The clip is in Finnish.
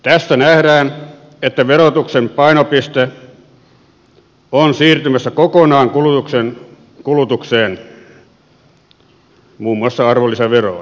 tässä nähdään että verotuksen painopiste on siirtymässä kokonaan kulutukseen muun muassa arvonlisäveroon